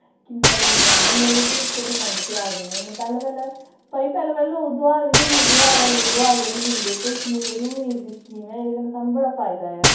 किन्ना लो लैन्ने होने ते इक परसैंट ब्याज दिन्ने होन्ने पैह्लें पैह्लें भाई पैह्लें पैह्लें लोग दोहार बी देई ओड़दे हे ते अजकल दोहार बा निं दिंदे ते जेह्ड़ी उम्मीद दी स्कीम ऐ एह्दै कन्नै साह्नू बड़ा फायदा ऐ